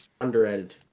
Underrated